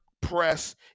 press